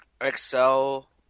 Excel